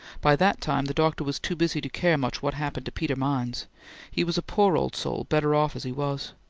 by that time the doctor was too busy to care much what happened to peter mines he was a poor old soul better off as he was.